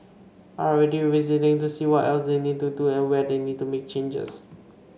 are already revisiting to see what else they need to do and where they need to make changes